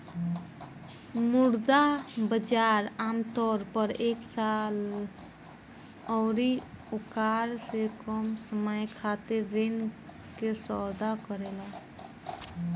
मुद्रा बाजार आमतौर पर एक साल अउरी ओकरा से कम समय खातिर ऋण के सौदा करेला